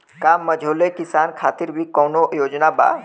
का मझोले किसान खातिर भी कौनो योजना बा?